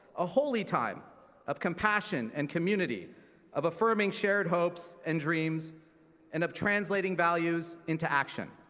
a holo time of compassion and community of affirming shared hopes and dreams and of translating values into action.